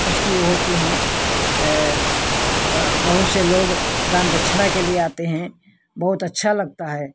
उसकी वो होती हैं बहुत से लोग दान दक्षिणा के लिए आते हैं बहुत अच्छा लगता है